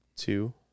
Two